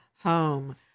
home